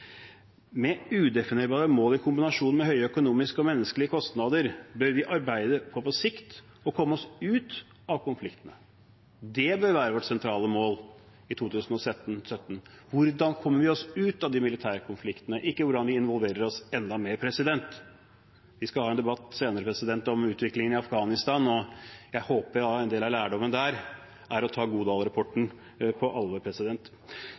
Med udefinerbare mål i kombinasjon med høye økonomiske og menneskelige kostnader bør vi arbeide for på sikt å komme oss ut av konfliktene. Det bør være vårt sentrale mål i 2017: hvordan vi kommer oss ut av de militære konfliktene, ikke hvordan vi involverer oss enda mer. Vi skal ha en debatt senere om utviklingen i Afghanistan, og jeg håper at en del av lærdommen der er å ta Godal-rapporten på alvor.